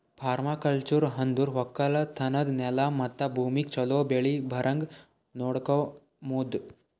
permaculture ಅಂದುರ್ ಒಕ್ಕಲತನದ್ ನೆಲ ಮತ್ತ ಭೂಮಿಗ್ ಛಲೋ ಬೆಳಿ ಬರಂಗ್ ನೊಡಕೋಮದ್